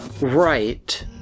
Right